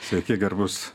sveiki garbūs